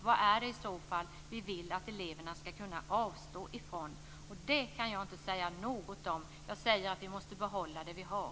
Vad är det i så fall som vi vill att eleverna skall kunna avstå från? Det kan jag tyvärr inte säga någonting om, utan jag säger att vi måste behålla det vi har.